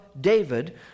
David